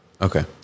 Okay